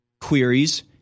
queries